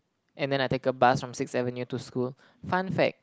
and then I take a bus from Sixth Avenue to school fun fact